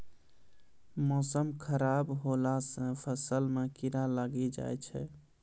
मौसम खराब हौला से फ़सल मे कीड़ा लागी जाय छै?